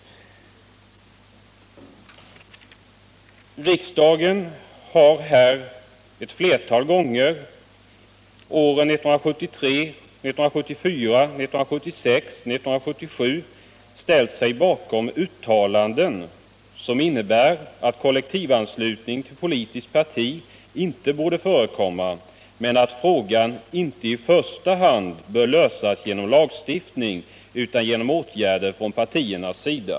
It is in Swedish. Riksdagen har ett flertal gånger — åren 1973, 1974, 1976 och 1977 — ställt sig bakom uttalanden som innebär att kollektivanslutning till politiskt parti inte borde förekomma men att frågan inte i första hand bör lösas genom lagstiftning, utan genom åtgärder från partiernas sida.